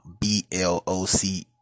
b-l-o-c